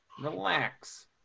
Relax